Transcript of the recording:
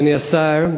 אדוני השר,